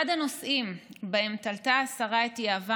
אחד הנושאים שעליהם השליכה השרה את יהבה